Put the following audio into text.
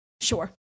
Sure